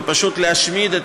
ופשוט להשמיד את